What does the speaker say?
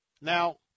Now